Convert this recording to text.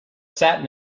sat